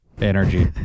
energy